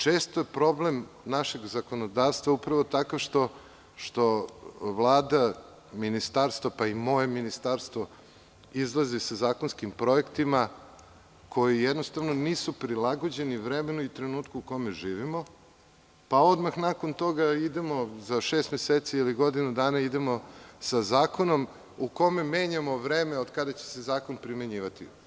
Čest problem našeg zakonodavstva je upravo takav što Vlada, ministarstva, pa i moje ministarstvo, izlazi sa zakonskim projektima koji jednostavno nisu prilagođeni vremenu i trenutku u kome živimo, pa odmah nakon toga idemo za šest meseci ili godinu dana sa zakonom u kome menjamo vreme kada će se zakon primenjivati.